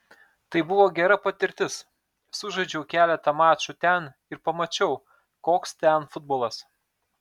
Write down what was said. tai buvo gera patirtis sužaidžiau keletą mačų ten ir pamačiau koks ten futbolas